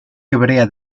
hebrea